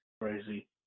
Crazy